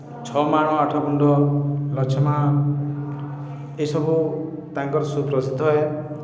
ଛଅ ମାଣ ଆଠ ଗୁଣ୍ଠ ଲଛମା ଏସବୁ ତାଙ୍କର ସୁପ୍ରସିଦ୍ଧ ଏ